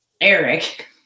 Eric